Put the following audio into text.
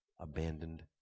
abandoned